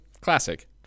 classic